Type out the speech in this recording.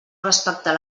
respectar